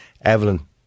Evelyn